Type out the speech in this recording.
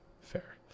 Fair